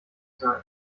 sein